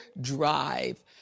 drive